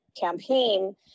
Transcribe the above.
campaign